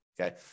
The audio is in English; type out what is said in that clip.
Okay